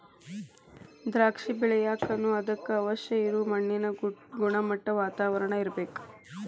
ದ್ರಾಕ್ಷಿ ಬೆಳಿಯಾಕನು ಅದಕ್ಕ ಅವಶ್ಯ ಇರು ಮಣ್ಣಿನ ಗುಣಮಟ್ಟಾ, ವಾತಾವರಣಾ ಇರ್ಬೇಕ